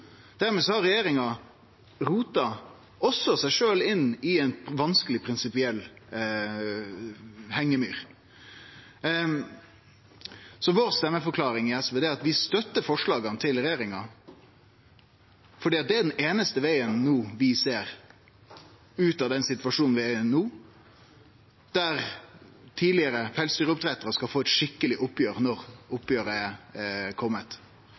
har regjeringa rota også seg sjølv inn i ei vanskeleg prinsipiell hengemyr. Stemmeforklaringa frå SV er at vi støttar forslaga til regjeringa fordi det er den einaste vegen vi ser ut av den situasjonen vi er i no, der tidlegare pelsdyroppdrettarar skal få eit skikkeleg oppgjer.